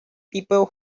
people